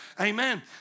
Amen